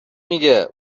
میگه